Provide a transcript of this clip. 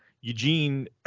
eugene